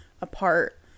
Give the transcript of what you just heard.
apart